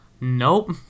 nope